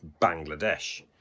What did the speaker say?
Bangladesh